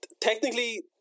technically